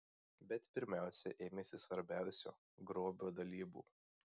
bet pirmiausia ėmėsi svarbiausio grobio dalybų